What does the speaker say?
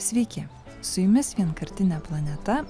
sveiki su jumis vienkartinė planeta